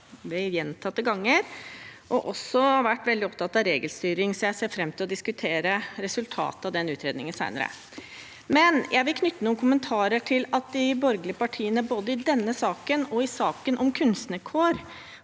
vi har også vært veldig opptatt av regelstyring, så jeg ser fram til å diskutere resultatet av den utredningen senere. Jeg vil knytte noen kommentarer til at de borgerlige partiene både i denne saken og i saken om kunstnerkår